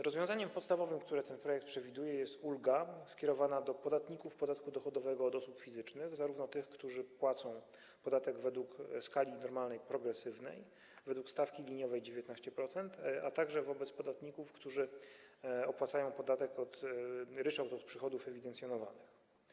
Rozwiązaniem podstawowym, które ten projekt przewiduje, jest ulga skierowana do podatników podatku dochodowego od osób fizycznych, zarówno tych, którzy płacą podatek według skali normalnej, progresywnej, według stawki liniowej 19%, jak i tych, którzy opłacają ryczałt od przychodów ewidencjonowanych.